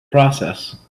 process